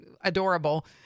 adorable